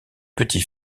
petit